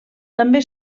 també